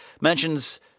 mentions